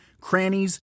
crannies